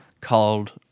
called